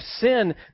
sin